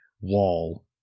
wall